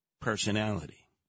personality